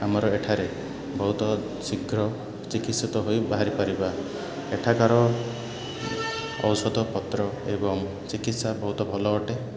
ଆମର ଏଠାରେ ବହୁତ ଶୀଘ୍ର ଚିକିତ୍ସିତ ହୋଇ ବାହାରି ପାରିବା ଏଠାକାର ଔଷଧପତ୍ର ଏବଂ ଚିକିତ୍ସା ବହୁତ ଭଲ ଅଟେ